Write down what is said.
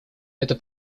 это